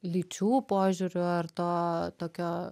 lyčių požiūriu ar to tokio